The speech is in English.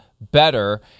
better